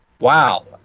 Wow